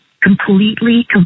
completely